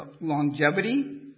longevity